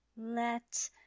Let